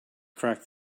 crack